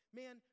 man